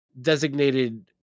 designated